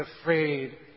afraid